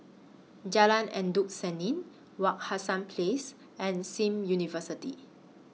Jalan Endut Senin Wak Hassan Place and SIM University